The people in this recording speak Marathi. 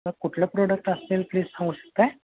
मग कुठले प्रोडक्ट असतील प्लीज सांगू शकत आहे